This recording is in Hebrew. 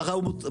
ככה הוא מתחיל,